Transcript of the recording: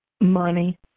money